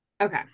Okay